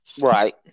Right